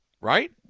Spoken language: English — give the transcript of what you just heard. right